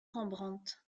rembrandt